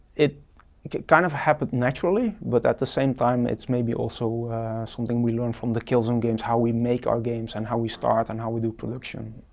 it kind of happened naturally, but at the same time, it's maybe also something we learned form the killzone games how we make our games and how we start and how we do production.